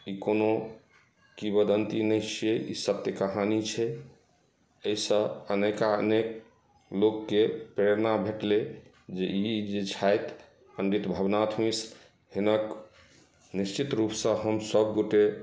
ई कोनो कीवन्ती नहि छियै ई सब तऽ कहानी छै एहिसँ अनेका अनेक लोकके प्रेरणा भेटलै जे ई जे छथि पण्डित भवनाथ मिश्र निश्चित रुपसँ हम सभ गोटे